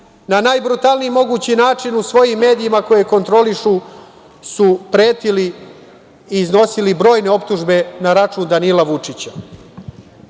na najbrutalniji mogući način u svojim medijima koje kontrolišu, su pretili i iznosili brojne optužbe na račun Danila Vučića.